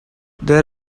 their